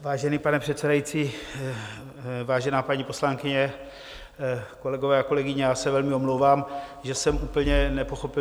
Vážený pane předsedající, vážená paní poslankyně, kolegové a kolegyně, já se velmi omlouvám, že jsem úplně nepochopil.